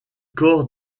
corps